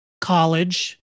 college